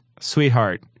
Sweetheart